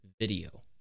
video